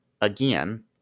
again